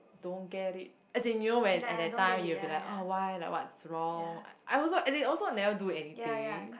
don't get it as in you know when at that time you will be like oh why like what's wrong I also as in also never do anything